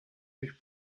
nicht